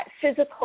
physical